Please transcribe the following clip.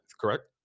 correct